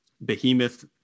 behemoth